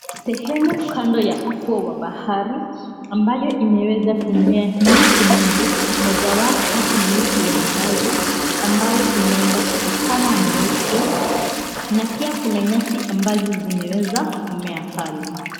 Sehemu kando ya ufuo wa bahari ambayo imeweza kumea miti mingi mojawapo ni miti ya minazi ambayo imeenda kwa upana mrefu na pia kuna nyasi ambazo zimeweza kumea pale.